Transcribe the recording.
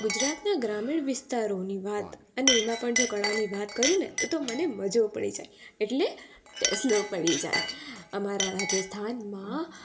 ગુજરાતના ગ્રામીણ વિસ્તારોની વાત અને એમાં પણ જો કળાની વાત કરું ને તો મને મજો પડી જાય એટલે ટેસડો પડી જાય અમારા રાજસ્થાનમાં